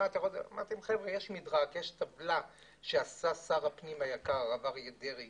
אמרתי להם שיש מדרג וטבלה שעשה לכולם שר הפנים היקר הרב אריה דרעי